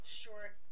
short